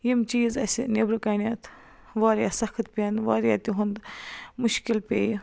یِم چیٖز اَسہِ نٮ۪برٕ کَنٮ۪تھ وارِیاہ سخت پٮ۪ن وارِیاہ تِہُنٛد مُشکِل پیٚیہِ